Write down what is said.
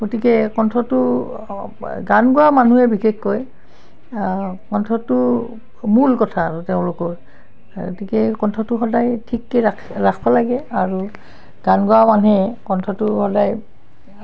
গতিকে কণ্ঠটো গান গোৱা মানুহে বিশেষকৈ কণ্ঠটো মূল কথা আৰু তেওঁলোকৰ গতিকে কণ্ঠটো সদায় ঠিককৈ ৰাখ ৰাখিব লাগে আৰু গান গোৱা মানুহে কণ্ঠটো সদায়